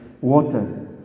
water